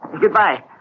Goodbye